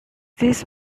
this